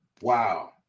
Wow